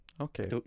Okay